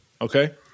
Okay